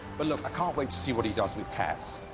but look i can't wait to see what he does with cats!